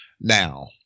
Now